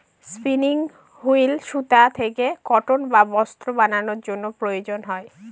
spinning wheel সুতা থেকে cotton বা বস্ত্র বানানোর জন্য প্রয়োজন হয়